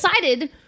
decided